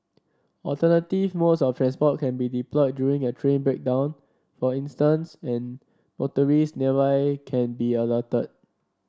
alternative modes of transport can be deployed during a train breakdown for instance and motorist nearby can be alerted